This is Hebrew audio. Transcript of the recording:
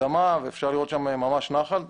אפשר לראות שם ממש נחל.